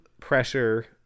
pressure